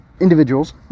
individuals